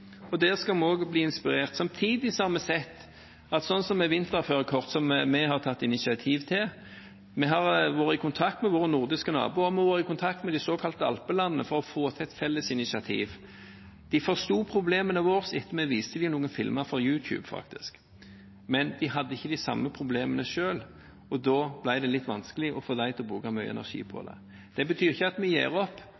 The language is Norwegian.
og der skal vi også bli inspirert. Når det gjelder f.eks. vinterførerkort, som vi har tatt initiativ til, har vi vært i kontakt med våre nordiske naboer, vi har vært i kontakt med de såkalte alpelandene for å få til et felles initiativ. De forsto problemene våre etter at vi viste dem noen filmer fra YouTube, men de hadde ikke de samme problemene selv, og da ble det litt vanskelig å få dem til å bruke mye energi på